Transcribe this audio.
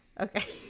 Okay